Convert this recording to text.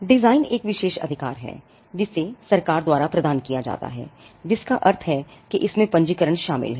design एक विशेष अधिकार है जिसे सरकार द्वारा प्रदान किया जाता है जिसका अर्थ है कि इसमें पंजीकरण शामिल है